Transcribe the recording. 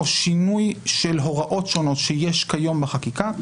או שינוי של הוראות שונות שיש כיום בחקיקה,